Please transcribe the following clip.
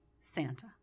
Santa